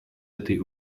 этой